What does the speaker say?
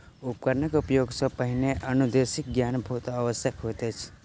उपकरणक उपयोग सॅ पहिने अनुदेशक ज्ञान बहुत आवश्यक होइत अछि